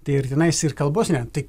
tai ir tenais ir kalbos nėra tai